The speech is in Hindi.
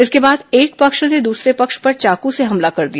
इसके बाद एक पैक्ष ने दूसरे पक्ष पर चाकू से हमला कर दिया